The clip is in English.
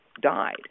died